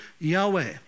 Yahweh